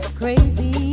crazy